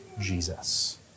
Jesus